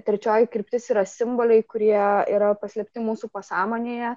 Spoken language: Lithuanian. trečioji kryptis yra simboliai kurie yra paslėpti mūsų pasąmonėje